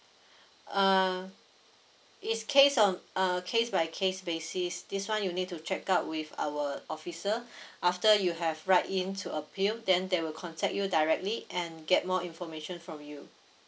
uh it's case on uh case by case basis this [one] you need to check out with our officer after you have write in to appeal then they will contact you directly and get more information from you